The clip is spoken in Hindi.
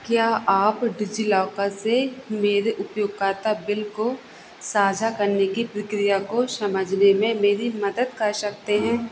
क्या आप डिजिलॉकल से मेरे उपयोगकर्ता बिल को साझा करने की प्रक्रिया को समझने में मेरी मदद कर सकते हैं